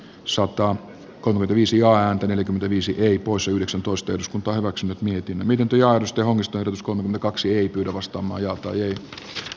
sota kohde viisi ääntä neljäkymmentäviisi ei pois yhdeksäntoista eduskunta hyväksynyt mietimme miten työ josta onnistui ruskon y kaksi ei pidä vastamajalta yöt